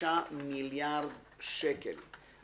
מיליארד שקל.